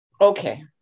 okay